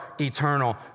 eternal